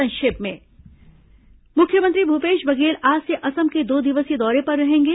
संक्षिप्त समाचार मुख्यमंत्री भूपेश बघेल आज से असम के दो दिवसीय दौरे पर रहेंगे